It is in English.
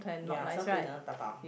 ya some food you cannot dabao